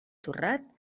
torrat